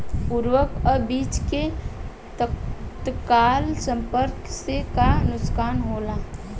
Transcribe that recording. उर्वरक अ बीज के तत्काल संपर्क से का नुकसान होला?